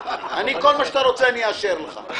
כל מה שתרצה אאשר לך.